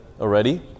already